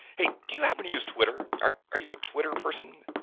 hey, do you happen to use twitter? are are you a twitter person?